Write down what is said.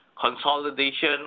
consolidation